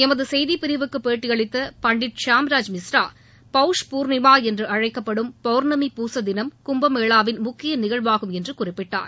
எமது செய்திப் பிரிவுக்கு பேட்டியளித்த பண்டிட் ஷியாம் ராஜ் மிஸ்ரா பௌஷ் பூர்ணிமா என்று அழைக்கப்படும் பௌர்ணமி பூச தினம் கும்ப மேளாவின் முக்கிய நிகழ்வாகும் என்று குறிப்பிட்டார்